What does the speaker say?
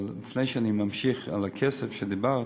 אבל לפני שאני ממשיך, בנוגע לכסף שדיברת,